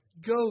go